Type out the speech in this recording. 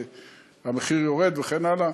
אז המחיר יורד וכן הלאה.